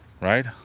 right